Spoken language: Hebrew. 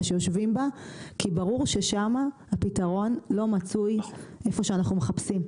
שיושבים בה כי ברור ששם הפתרון לא מצוי איפה שאנחנו מחפשים,